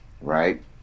right